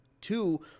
Two